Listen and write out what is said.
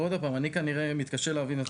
אני כנראה מתקשה להבין.